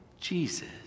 Jesus